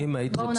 האם זה באמת קיים,